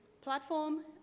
platform